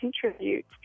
contribute